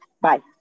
Bye